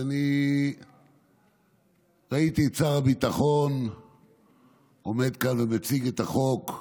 ואני ראיתי את שר הביטחון עומד כאן ומציג את החוק,